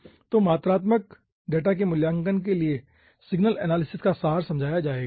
तो मात्रात्मक डेटा के मूल्यांकन के लिए सिग्नल एनालिसिस का सार समझाया जाएगा